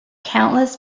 countless